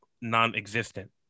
non-existent